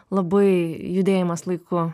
labai judėjimas laiku